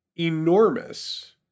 Enormous